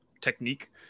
technique